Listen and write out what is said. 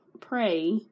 pray